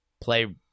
play